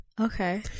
Okay